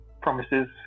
promises